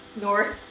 North